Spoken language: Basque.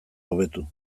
hobetu